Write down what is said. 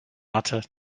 utter